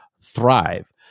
thrive